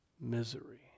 Misery